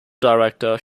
director